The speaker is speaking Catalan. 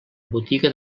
botiga